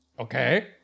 Okay